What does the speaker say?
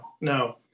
no